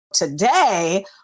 Today